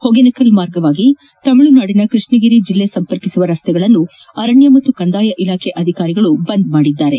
ಹೊಗೇನಕಲ್ ಮಾರ್ಗವಾಗಿ ತಮಿಳುನಾಡಿನ ಕೃಷ್ಣಗಿರಿ ಜಿಲ್ಲೆ ಸಂಪರ್ಕಿಸುವ ರಸ್ತೆಗಳನ್ನು ಅರಣ್ಣ ಹಾಗೂ ಕಂದಾಯ ಇಲಾಖೆ ಅಧಿಕಾರಿಗಳು ಬಂದ್ ಮಾಡಿದ್ದಾರೆ